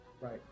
Right